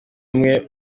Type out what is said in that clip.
umwe